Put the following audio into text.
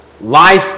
life